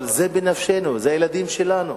זה בנפשנו, זה הילדים שלנו,